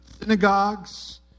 synagogues